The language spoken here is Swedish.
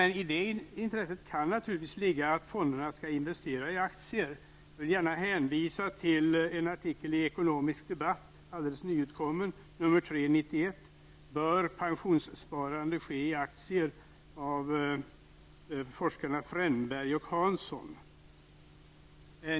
I det intresset kan naturligtvis ligga att fonderna skall investera i aktier. Jag vill gärna hänvisa till en alldeles nyutkommen artikel i Ekonomisk debatt, nr 3/91. Artikelns rubrik är Bör pensionssparande ske i aktier?, och den är skriven av forskarna Frennberg och Hansson.